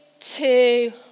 two